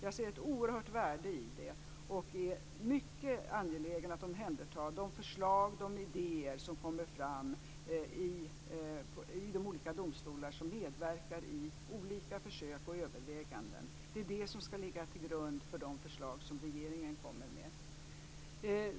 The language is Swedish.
Jag ser ett oerhört värde i det och är mycket angelägen om att omhänderta de förslag och idéer som kommer fram vid de olika domstolar som medverkar i olika försök och överväganden. Det är detta som ska ligga till grund för de förslag som regeringen kommer med.